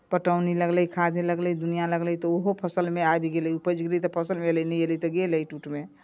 पटौनी लगलै खाद लगलै दुनिआँ लगलै तऽ ओहो फसलमे आबि गेलै उपज भेलै तऽ फसलमे अयलै नहि अयलै तऽ गेलै टूटिमे